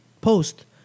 Post